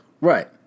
Right